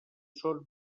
són